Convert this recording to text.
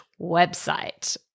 website